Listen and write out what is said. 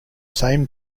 same